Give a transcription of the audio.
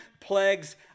plagues